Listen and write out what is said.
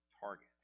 target